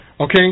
Okay